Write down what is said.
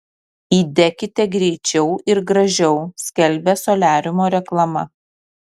įdekite greičiau ir gražiau skelbia soliariumo reklama